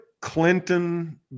Clinton